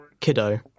Kiddo